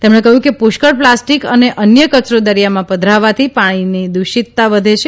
તેમણે કહ્યું કે પુષ્કળ પ્લાસ્ટીક અને અન્ય કચરો દરિયામાં પધરાવવાથી પાણીની દુષિતતા વધે છે